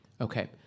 Okay